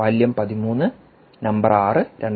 വാല്യം 13 number 6 2013 June